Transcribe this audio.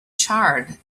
charred